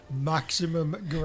Maximum